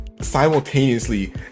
simultaneously